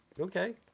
Okay